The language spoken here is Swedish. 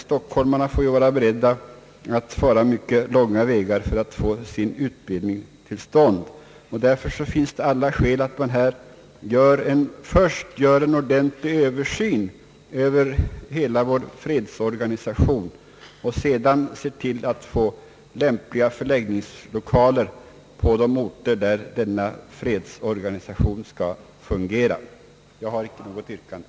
Stockholmarna får ju vara beredda att fara mycket långa vägar för att få sin utbildning, och därför är det alla skäl att man först gör en ordentlig översyn över hela vår fredsorganisation och sedan ser till att man får lämpliga förläggningslokaler på de or ter där denna fredsorganisation skall fungera. Herr talman! Jag har inget yrkande.